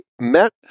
met